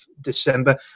December